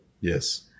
Yes